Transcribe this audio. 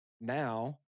now